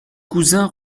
cousin